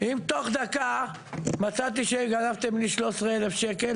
אם תוך דקה מצאתי שגנבתם לי 13,000 שקל,